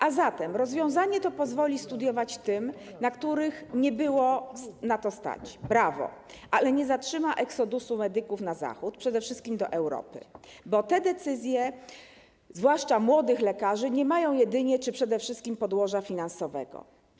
A zatem to rozwiązanie pozwoli studiować tym, których nie było na to stać, brawo, ale nie zatrzyma exodusu medyków na Zachód, przede wszystkim do Europy, bo te decyzje, zwłaszcza młodych lekarzy, nie mają jedynie czy przede wszystkim podłoża finansowego.